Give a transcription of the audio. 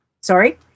sorry